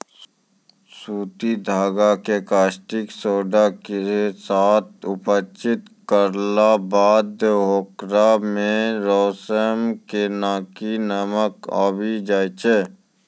सूती धागा कॅ कास्टिक सोडा के साथॅ उपचारित करला बाद होकरा मॅ रेशम नाकी चमक आबी जाय छै